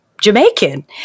Jamaican